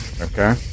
Okay